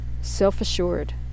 self-assured